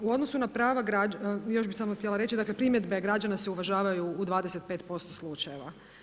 U odnosu na prava građana, još bih samo htjela reći, dakle primjedbe građana se uvažavaju u 25% slučajeva.